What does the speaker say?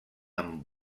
amb